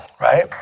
Right